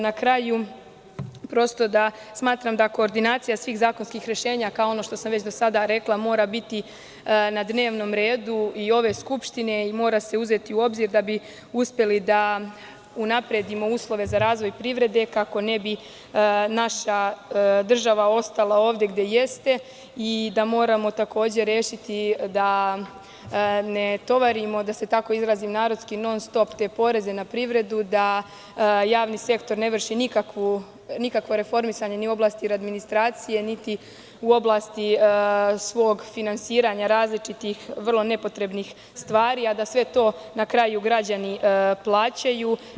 Na kraju, smatram da koordinacija svih zakonskih rešenja, kao i ono što sam već do sada rekla, mora biti na dnevnom redu i ove skupštine i mora se uzeti u obzir da bi uspeli da unapredimo uslove za razvoj privrede, kako ne bi naša država ostala ovde gde jeste i da moramo takođe rešiti da ne tovarimo, da se tako narodski izrazi, non-stop te poreze na privredu, da javni sektor ne vrši nikakvo reformisanje ni u oblasti administracije, niti u oblasti svog finansiranja različitih vrlo nepotrebnih stvari, a da sve to na kraju građani plaćaju.